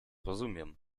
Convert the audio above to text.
rozumiem